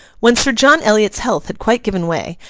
when sir john eliot's health had quite given way,